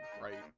right